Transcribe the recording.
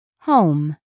Home